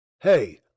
hey